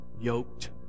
yoked